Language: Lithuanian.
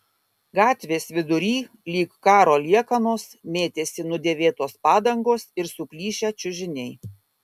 gatvės vidury lyg karo liekanos mėtėsi nudėvėtos padangos ir suplyšę čiužiniai